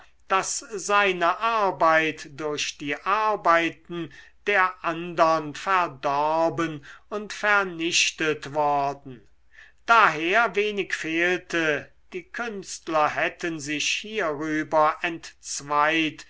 daß seine arbeit durch die arbeiten der andern verdorben und vernichtet worden daher wenig fehlte die künstler hätten sich hierüber entzweit